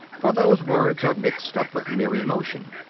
for those words are mixed up with mere emotion,